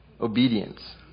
Obedience